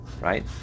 Right